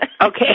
Okay